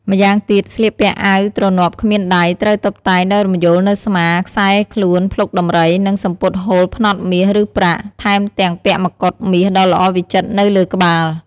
ម្យ៉ាងទៀត ស្លៀកពាក់អាវទ្រនាប់គ្មានដៃ ត្រូវតុបតែងដោយរំយោលនៅស្មា ខ្សែខ្លួន ភ្លុកដំរី និងសំពត់ហូលផ្នត់មាស ឬប្រាក់ ថែមទាំងពាក់មកុដមាសដ៏ល្អវិចិត្រនៅលើក្បាល។